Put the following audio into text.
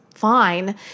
Fine